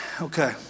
Okay